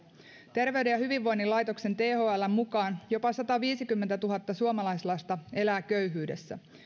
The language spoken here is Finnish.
terveyden ja hyvinvoinnin laitoksen thln mukaan jopa sataviisikymmentätuhatta suomalaislasta elää köyhyydessä